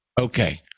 Okay